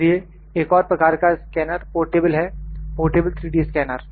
इसलिए एक और प्रकार का स्कैनर पोर्टेबल है पोर्टेबल 3D स्कैनर